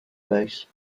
base